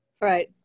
right